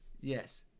Yes